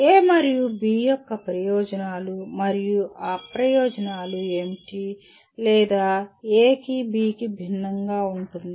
A మరియు B యొక్క ప్రయోజనాలు మరియు అప్రయోజనాలు ఏమిటి లేదా A కి B కి భిన్నంగా ఉంటుంది